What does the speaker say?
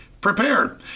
prepared